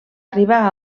arribar